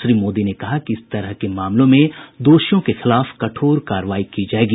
श्री मोदी ने कहा कि इस तरह के मामलों में दोषियों के खिलाफ कठोर कार्रवाई की जाएगी